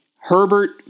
Herbert